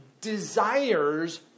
desires